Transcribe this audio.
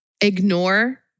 ignore